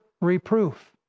reproof